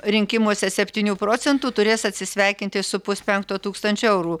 rinkimuose septynių procentų turės atsisveikinti su puspenkto tūkstančio eurų